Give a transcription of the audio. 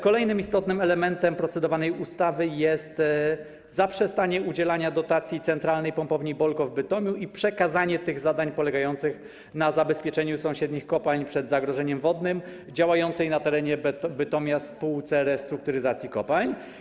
Kolejnym istotnym elementem procedowanej ustawy jest kwestia zaprzestania udzielania dotacji Centralnej Pompowni Bolko w Bytomiu i przekazania zadań polegających na zabezpieczeniu sąsiednich kopalń przed zagrożeniem wodnym działającej na terenie Bytomia Spółce Restrukturyzacji Kopalń.